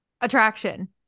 Attraction